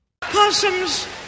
Possums